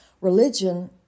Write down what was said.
Religion